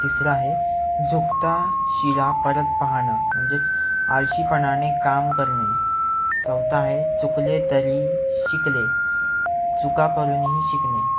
तिसरा आहे झुकता शिळा परत पाहणं म्हणजेच आळशीपणाने काम करणे चौथा आहे चुकले तरी शिकले चुका करूनही शिकणे